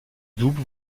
double